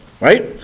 Right